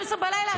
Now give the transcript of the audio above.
24:00,